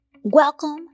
Welcome